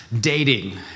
dating